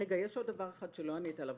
יש עוד דבר אחד שלא ענית עליו,